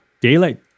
daylight